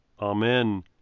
Amen